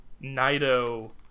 nido